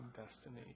Destiny